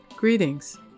Greetings